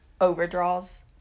overdraws